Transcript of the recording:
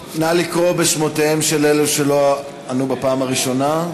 לקרוא שוב בשמותיהם של אלה שלא ענו בפעם הראשונה.